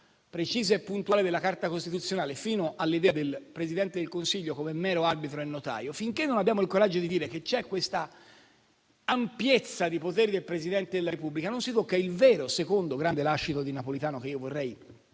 precisa e puntuale della Carta costituzionale, fino all'idea del Presidente del Consiglio come mero arbitro e notaio; finché non abbiamo il coraggio di dire che c'è quest'ampiezza di poteri del Presidente della Repubblica, non si tocca il vero, secondo grande lascito di Napolitano che vorrei